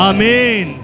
Amen